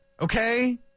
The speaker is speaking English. okay